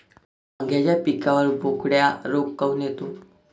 वांग्याच्या पिकावर बोकड्या रोग काऊन येतो?